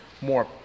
more